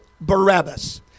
Barabbas